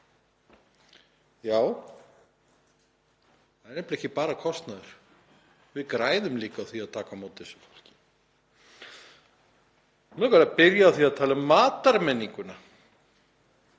Já, það er nefnilega ekki bara kostnaður, við græðum líka á því að taka á móti þessu fólki. Mig langar að byrja á því að tala um matarmenninguna.